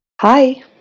Hi